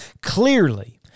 Clearly